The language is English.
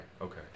Okay